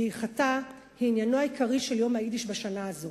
דעיכתה היא עניינו העיקרי של יום היידיש בשנה הזו.